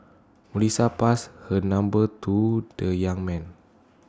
Melissa passed her number to the young man